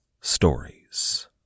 stories